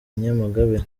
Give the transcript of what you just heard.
nyamagabe